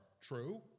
true